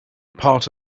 part